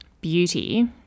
beauty